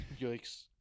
Yikes